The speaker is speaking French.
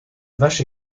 vache